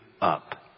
up